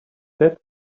said